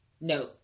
No